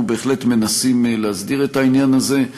אנחנו בהחלט מנסים להסדיר את העניין הזה,